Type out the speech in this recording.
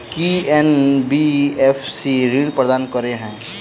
की NBFC ऋण प्रदान करे है?